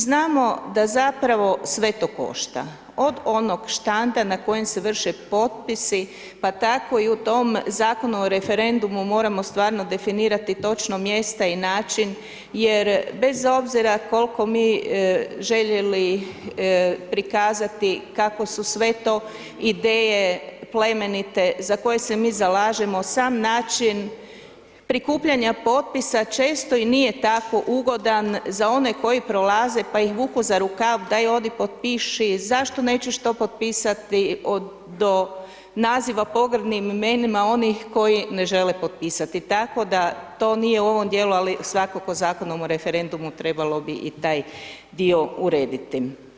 Znamo da zapravo sve to košta, od onog štanda na kojem se vrše potpisi, pa tako i u tom Zakonu o referendumu moramo stvarno definirati točno mjesta i način jer bez obzira koliko mi željeli prikazati kako su sve to ideje plemenite za koje se mi zalažemo, sam način prikupljanja potpisa često i nije tako ugodan za one koji prolaze pa ih vuku za rukav, daj odi potpiši, zašto nećeš to potpisati, do naziva pogrdnih imenima onih koji ne žele potpisati, tako da to nije u ovom dijelu ali svakako Zakonom o referendumu trebalo bi i taj dio urediti.